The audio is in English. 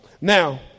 now